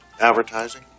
Advertising